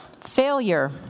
Failure